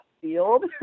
field